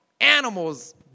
animals